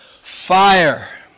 fire